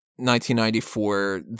1994